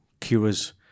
cures